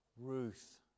Ruth